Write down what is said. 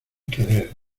querer